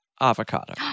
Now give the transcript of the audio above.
avocado